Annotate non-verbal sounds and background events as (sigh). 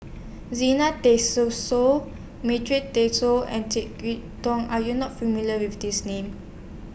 Zena (unintelligible) Madra Togh and Jek Yeun Thong Are YOU not familiar with These Names